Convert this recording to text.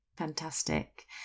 Fantastic